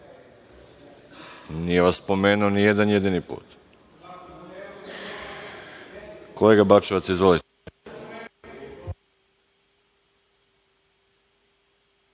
vas spomenuo ni jedan jedini put. Kolega Bačevac, izvolite.